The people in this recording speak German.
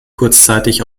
kurzzeitig